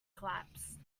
collapsed